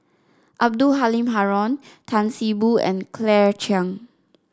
Abdul Halim Haron Tan See Boo and Claire Chiang